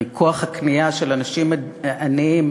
הרי כוח הקנייה של אנשים עניים,